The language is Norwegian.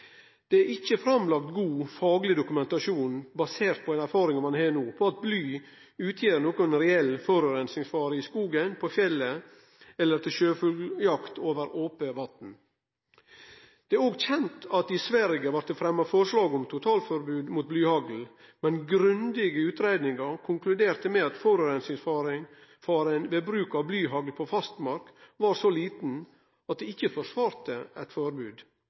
Det er ikkje framlagd god, fagleg dokumentasjon, basert på den erfaringa ein har no, om at bly utgjer ei reell forureiningsfare i skogen, på fjellet eller ved sjøfugljakt over ope vatn. Det er òg kjent at i Sverige vart det fremma totalforbod mot blyhagl. Men grundige utgreiingar konkluderte med at forureiningsfaren ved bruk av blyhagl på fastmark var så liten at det ikkje forsvarte eit forbod.